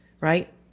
right